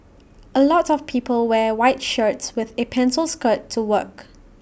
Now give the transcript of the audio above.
A lot of people wear white shirts with A pencil skirt to work